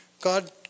God